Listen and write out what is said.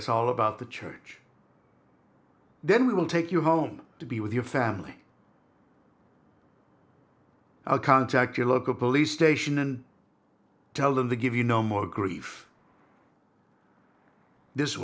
us all about the church then we will take you home to be with your family i'll contact your local police station and tell them to give you no more grief this